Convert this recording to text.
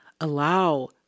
Allow